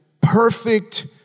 perfect